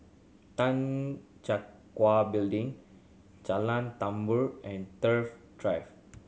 Tan Check Gua Building Jalan Tambur and Thrift Drive